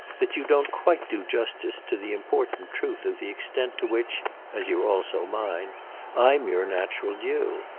that you don't quite do justice to the important truth of the extent to which as you're also mine i'm your natural due.